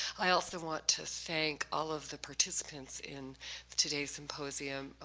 i also want to thank all of the participants in today's symposium,